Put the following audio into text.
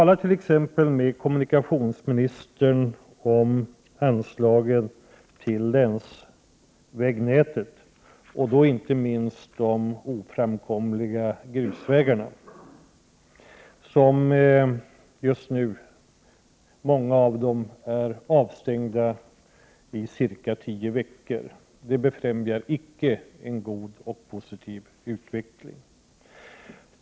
Tala t.ex. med kommunikationsministern om anslagen till länsvägnätet, inte minst till de oframkomliga grusvägarna — just nu är många av dem avstängda för cirka tio veckor framåt. Det befrämjar icke en god och positiv utveckling.